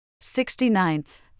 Sixty-ninth